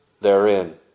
therein